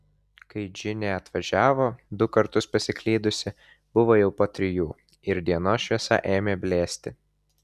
kai džinė atvažiavo du kartus pasiklydusi buvo jau po trijų ir dienos šviesa ėmė blėsti